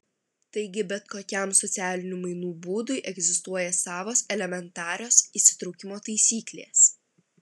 taigi bet kokiam socialinių mainų būdui egzistuoja savos elementarios įsitraukimo taisyklės